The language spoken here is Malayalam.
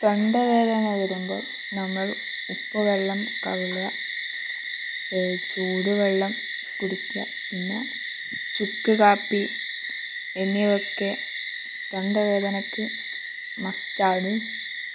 തൊണ്ടവേദന വരുമ്പം നമ്മൾ ഉപ്പ് വെള്ളം കൊള്ളുക ചൂട് വെള്ളം കുടിക്കുക പിന്നെ ചുക്ക് കാപ്പി എന്നിവയൊക്കെ തൊണ്ടവേദനക്ക് മസ്റ്റ് ആണ്